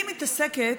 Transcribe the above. אני מתעסקת